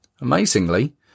Amazingly